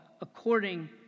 according